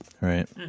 right